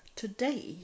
today